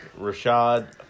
Rashad